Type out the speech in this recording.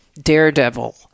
daredevil